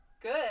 good